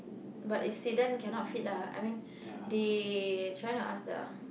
but it's sedan cannot fit lah I mean they trying to ask the